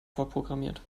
vorprogrammiert